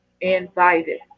invited